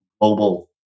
mobile